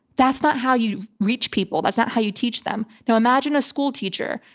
that's not how you reach people. that's not how you teach them. now imagine a school teacher,